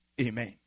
amen